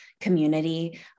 community